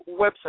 website